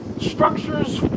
structures